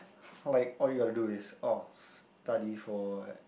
like all you got to do is oh study for